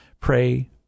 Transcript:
pray